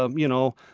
um you know,